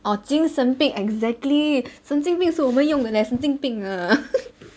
oh 精神病 exactly 神经病是我们用的 leh 神经病啦